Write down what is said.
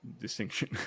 distinction